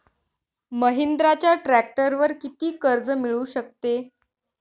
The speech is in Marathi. महिंद्राच्या ट्रॅक्टरवर किती कर्ज मिळू शकते?